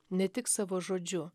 ne tik savo žodžiu